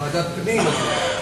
ועדת פנים.